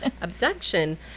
Abduction